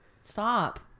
Stop